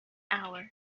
hour